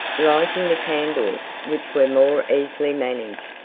lighting the candles, which were more easily managed,